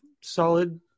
solid